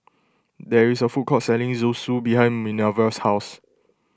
there is a food court selling Zosui behind Minervia's house